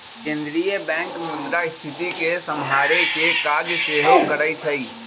केंद्रीय बैंक मुद्रास्फीति के सम्हारे के काज सेहो करइ छइ